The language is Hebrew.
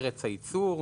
ארץ הייצור,